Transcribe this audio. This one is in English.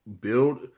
build